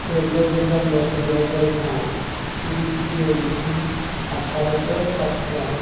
ᱥᱳᱞᱳ ᱰᱤᱥᱮᱢᱵᱚᱨ ᱫᱩ ᱦᱟᱡᱟᱨ ᱯᱟᱸᱪ ᱛᱤᱨᱤᱥ ᱡᱩᱱ ᱟᱴᱷᱟᱨᱚᱥᱚ ᱯᱟᱸᱪᱯᱚᱱ